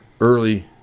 early